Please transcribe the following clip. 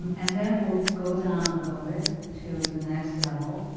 and then we'll go down a little bit to the next level,